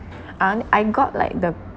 I only I got like the